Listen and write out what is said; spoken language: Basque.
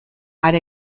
are